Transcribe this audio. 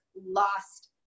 lost